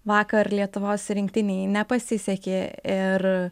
vakar lietuvos rinktinei nepasisekė ir